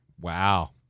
Wow